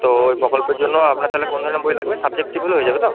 তো ওই প্রকল্পের জন্য আপনার তাহলে কোন ধরনের বই লাগবে সাবজেক্টিভ হলে হয়ে যাবে তো